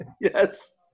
Yes